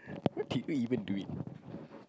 what can you even do it